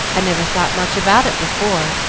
i never thought much about it before,